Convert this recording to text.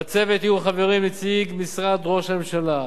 בצוות יהיו חברים נציגי משרד ראש הממשלה,